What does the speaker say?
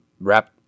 wrap